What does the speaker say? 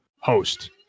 host